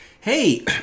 Hey